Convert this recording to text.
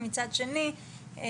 ומצד שני,